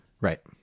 Right